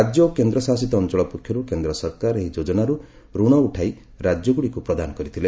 ରାଜ୍ୟ ଓ କେନ୍ଦ୍ରଶାସିତ ଅଞ୍ଚଳ ପକ୍ଷରୁ କେନ୍ଦ୍ର ସରକାର ଏହି ଯୋଜନାରୁ ଋଣ ଉଠାଇ ରାଜ୍ୟଗୁଡ଼ିକୁ ପ୍ରଦାନ କରିଥିଲେ